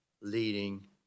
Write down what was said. leading